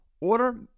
Order